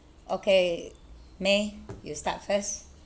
okay mei you start first